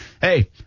hey